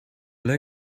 like